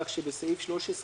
כך שבסעיף 13,